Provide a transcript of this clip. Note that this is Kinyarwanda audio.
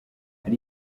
hari